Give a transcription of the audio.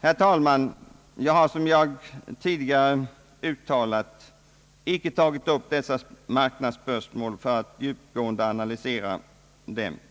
Herr talman! Jag har som jag tidigare uttalat icke tagit upp dessa marknadsspörsmål för att djupgående analysera dem.